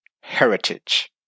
heritage